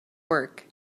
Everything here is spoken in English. work